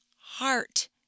heart